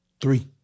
three